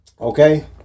okay